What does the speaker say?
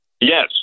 Yes